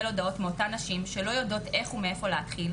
הודעות מאותן נשים שלא יודעות איך ומאיפה להתחיל,